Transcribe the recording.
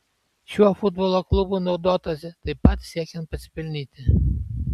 šiuo futbolo klubu naudotasi taip pat siekiant pasipelnyti